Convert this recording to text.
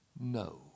No